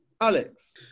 Alex